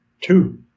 two